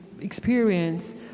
experience